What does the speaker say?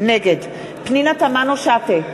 נגד פנינה תמנו-שטה,